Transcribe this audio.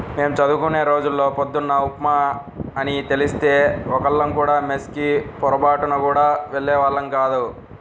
మేం చదువుకునే రోజుల్లో పొద్దున్న ఉప్మా అని తెలిస్తే ఒక్కళ్ళం కూడా మెస్ కి పొరబాటున గూడా వెళ్ళేవాళ్ళం గాదు